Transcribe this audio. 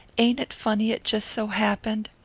ain't it funny it just so happened?